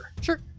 Sure